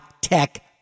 tech